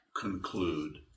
conclude